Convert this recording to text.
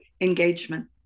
engagement